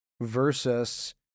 versus